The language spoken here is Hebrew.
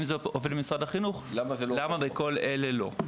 אם זה עובד במשרד החינוך למה בכל אלה לא?".